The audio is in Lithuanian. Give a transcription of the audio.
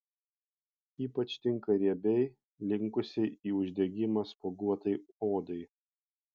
ypač tinka riebiai linkusiai į uždegimą spuoguotai odai